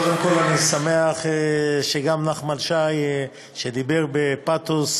קודם כול, אני שמח שגם נחמן שי, שדיבר בפתוס,